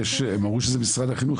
--- האם אמרו שזה משרד החינוך.